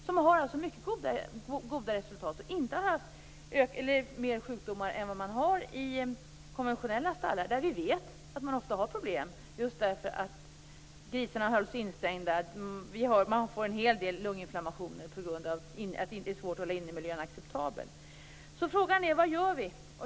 Man har mycket goda resultat och har inte haft mer sjukdomar än man har i konventionella stallar. Där vet vi att man ofta har problem just därför att grisarna hålls instängda. Man får en hel del lunginflammationer på grund av att det är svårt att hålla innemiljön acceptabel. Frågan är: Vad gör vi?